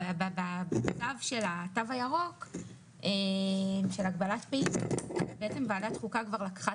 בתו הירוק של הגבלה פיזית בעצם ועדת חוקה כבר לקחה